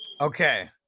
okay